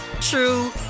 true